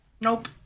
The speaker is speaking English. Nope